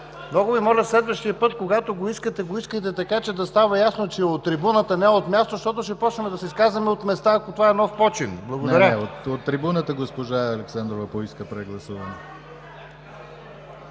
Много Ви моля, следващия път, когато го искате, го искайте така, че да става ясно, че е от трибуна, а не от място, защото ще започнем да се изказваме от място, ако това е нов почин. Благодаря. ПРЕДСЕДАТЕЛ ДИМИТЪР ГЛАВЧЕВ: Госпожа Александрова поиска прегласуване